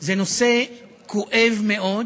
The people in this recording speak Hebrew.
זה נושא כואב מאוד,